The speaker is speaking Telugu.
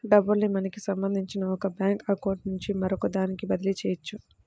డబ్బుల్ని మనకి సంబంధించిన ఒక బ్యేంకు అకౌంట్ నుంచి మరొకదానికి బదిలీ చెయ్యొచ్చు